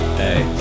hey